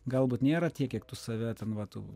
galbūt nėra tiek kiek tu save ten va tu